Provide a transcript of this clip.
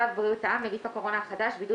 הצעת צו בריאות העם (נגיף הקורונה החדש) (בידוד